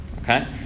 Okay